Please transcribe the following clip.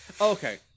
Okay